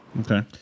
Okay